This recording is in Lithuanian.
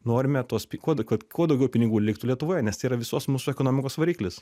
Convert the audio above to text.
norime tuos pi kuo kad kuo daugiau pinigų liktų lietuvoje nes tai yra visos mūsų ekonomikos variklis